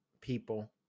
people